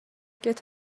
get